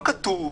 זה לא כתוב,